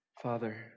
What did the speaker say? Father